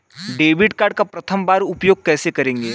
Debit card का प्रथम बार उपयोग कैसे करेंगे?